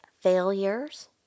failures